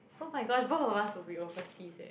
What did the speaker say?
oh my gosh both of us will be overseas eh